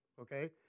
Okay